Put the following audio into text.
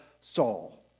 Saul